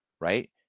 Right